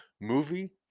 movie